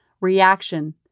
reaction